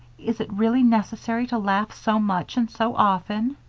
is it really necessary to laugh so much and so often?